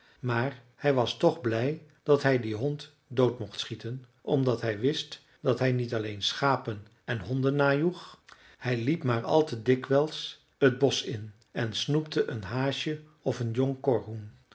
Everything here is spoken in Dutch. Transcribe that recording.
maar hij was toch blij dat hij dien hond dood mocht schieten omdat hij wist dat hij niet alleen schapen en honden najoeg hij liep maar al te dikwijls het bosch in en snoepte een haasje of een jong korhoen